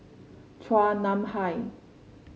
Chua Nam Hai